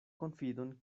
konfidon